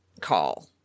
call